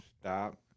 stop